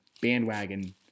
bandwagon